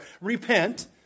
Repent